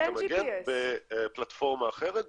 אבל אין GPS. -- בפלטפורמה אחרת,